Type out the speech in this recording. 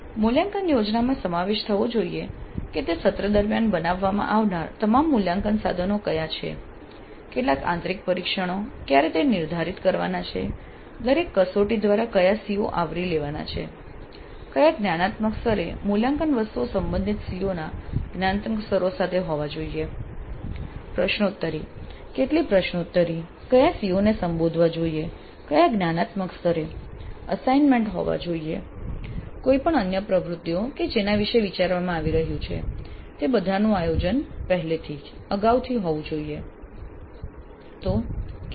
મૂલ્યાંકન યોજનામાં સમાવેશ થવો જોઈએ કે તે સત્ર દરમિયાન બનાવવામાં આવનાર તમામ મૂલ્યાંકન સાધનો કયા છે કેટલા આંતરિક પરીક્ષણો ક્યારે તે નિર્ધારિત કરવાના છે દરેક કસોટી દ્વારા કયા CO આવરી લેવાના છે કયા જ્ઞાનાત્મક સ્તરે મૂલ્યાંકન વસ્તુઓ સંબંધિત COs ના જ્ઞાનાત્મક સ્તરો સાથે હોવા જોઈએ પ્રશ્નોત્તરી કેટલી પ્રશ્નોત્તરી કયા CO ને સંબોધવા જોઈએ કયા જ્ઞાનાત્મક સ્તરે અસાઈન્મેન્ટ હોવા જોઈએ કોઈપણ અન્ય પ્રવૃત્તિઓ કે જેના વિશે વિચારવામાં આવી રહ્યું છે તે બધાનું આયોજન પહેલેથી અગાઉથી હોવું જોઈએ